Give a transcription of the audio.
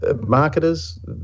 marketers